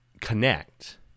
connect